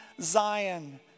Zion